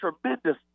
tremendous